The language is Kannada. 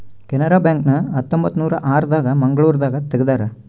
ಕೆನರಾ ಬ್ಯಾಂಕ್ ನ ಹತ್ತೊಂಬತ್ತನೂರ ಆರ ದಾಗ ಮಂಗಳೂರು ದಾಗ ತೆಗ್ದಾರ